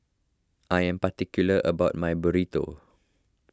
I am particular about my Burrito